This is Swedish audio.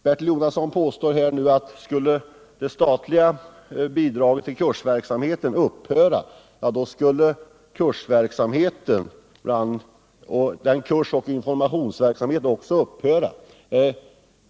Bertil Jonasson påstod nyss att skulle det statliga bidraget till kursverksamheten upphöra, då skulle kursoch informationsverksamheten också upphöra.